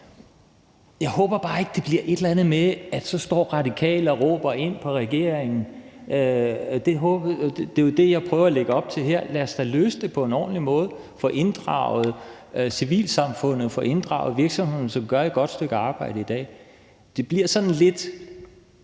Jeg håber bare ikke, at det bliver et eller andet med, at Radikale så står og råber efter regeringen. Det, jeg prøver at lægge op til her, er jo, at vi løser det på en ordentlig måde, at vi får inddraget civilsamfundet, og at vi får inddraget virksomhederne, som gør et godt stykke arbejde i dag. Jeg synes, at det,